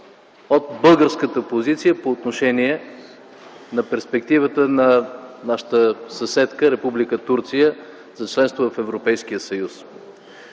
от българската позиция по отношение на перспективата на нашата съседка Република Турция за членство в Европейския съюз.